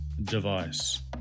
device